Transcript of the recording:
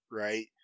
right